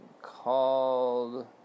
called